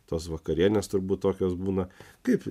tos vakarienės turbūt tokios būna kaip